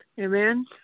Amen